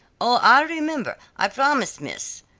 o, i remember, i promise, miss,